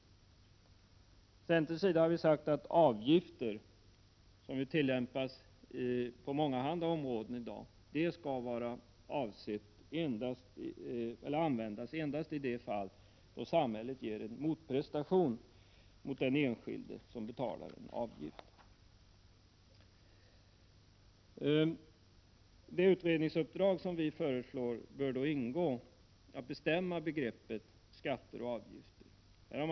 Från centerns sida har vi sagt att avgifter, som tillämpas på många olika områden i dag, endast skall användas i de fall då samhället står för en motprestation till den enskilde som betalar avgiften. I det utredningsuppdrag som vi föreslår bör ingå bestämning av begreppet skatter och avgifter.